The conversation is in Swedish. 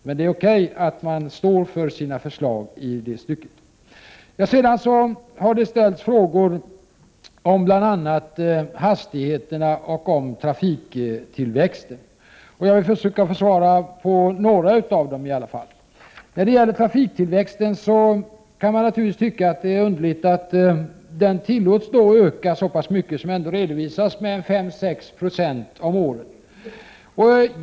Men det är okej att man står för sina förslag i det stycket. Det har dessutom ställts frågor om bl.a. hastigheterna och trafiktillväxten. Jag skall försöka svara på några av frågorna. När det gäller trafiktillväxten kan man naturligtvis tycka att det är underligt att den tillåts öka så mycket som har redovisats, dvs. med 5—6 96 om året.